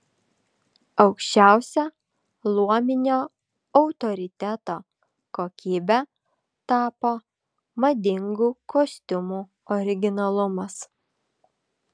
aukščiausia luominio autoriteto kokybe tapo madingų kostiumų originalumas